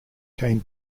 came